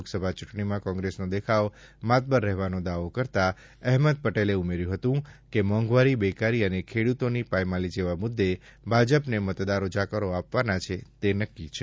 લોકસભા ચૂંટણીમાં કોંગ્રેસનો દેખાવ માતબર રહેવાનો દાવો કરતા અહેમદ પટેલે ઉમેર્યું હતું કે મોંઘવારી બેકારી અને ખેડૂતની પાયમાલી જેવા મુદ્દે ભાજપને મતદારો જાકારો આપવાના છે તે નક્કી છે